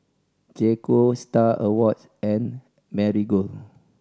J Co Star Awards and Marigold